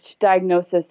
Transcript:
diagnosis